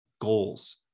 goals